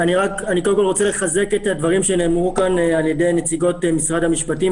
אני רוצה לחזק את הדברים שנאמרו כאן על ידי נציגות משרד המשפטים,